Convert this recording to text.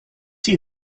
see